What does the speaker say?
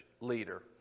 leader